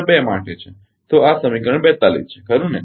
તો આ સમીકરણ 42 છે ખરું ને